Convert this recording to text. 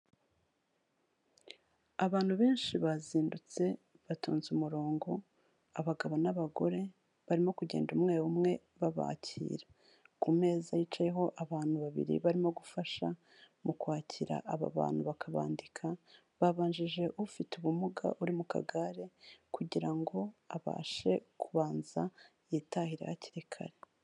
abantu benshi bazindutse batonze umurongo abagabo n'abagore barimo kugenda umwe umwe babakira ku meza yicayeho abantu babiri barimo gufasha mu kwakira aba bantu bakabandika babanjirije ufite ubumuga uri mu kagare kugira ngo abashe kubanza yitahire hakiri kare